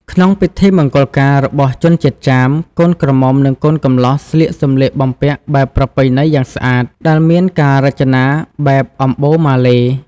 ក្នុងពិធីមង្គលការរបស់ជនជាតិចាម កូនក្រមុំ និងកូនកំលោះស្លៀកសម្លៀកបំពាក់បែបប្រពៃណីយ៉ាងស្អាត ដែលមានការរចនាបែបអម្បូរម៉ាឡេ។